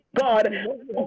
God